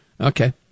Okay